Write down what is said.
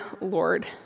Lord